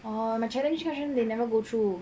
oh my challenge question they never go through